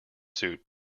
suit